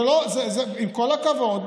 עם כל הכבוד,